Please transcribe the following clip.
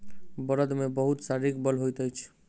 बड़द मे बहुत शारीरिक बल होइत अछि